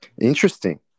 Interesting